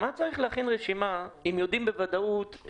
תן לנו בשורה, בבקשה.